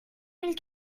mille